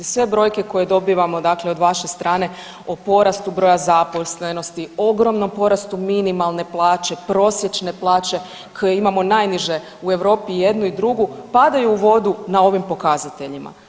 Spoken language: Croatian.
Sve brojke koje dobivamo dakle od vaše strane o porastu broja zaposlenosti, ogromnom porastu minimalne plaće, prosječne plaće, imamo najniže u Europi i jednu i drugu, padaju u vodu na ovim pokazateljima.